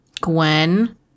Gwen